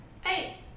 Hey